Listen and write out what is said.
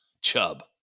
chub